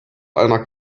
einer